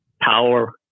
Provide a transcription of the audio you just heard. power